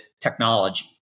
technology